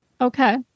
Okay